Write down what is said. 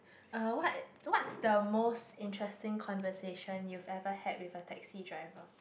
uh what what's the most interesting conversation you've ever had with a taxi driver